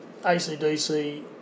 ACDC